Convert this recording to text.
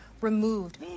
removed